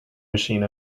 machine